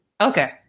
okay